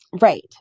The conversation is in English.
Right